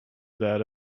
that